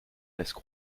laissent